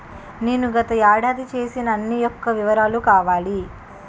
నేను గత ఏడాది చేసిన అన్ని యెక్క వివరాలు కావాలి?